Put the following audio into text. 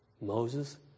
Moses